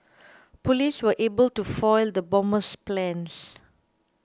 police were able to foil the bomber's plans